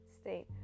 state